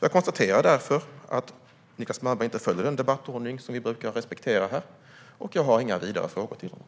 Jag konstaterar därför att Niclas Malmberg inte följer den debattordning som vi brukar respektera här, och jag har inga vidare frågor till honom.